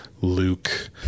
Luke